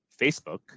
Facebook